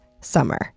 summer